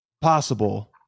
possible